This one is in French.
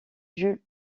jules